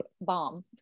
bomb